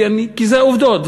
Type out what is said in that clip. כי אלה עובדות,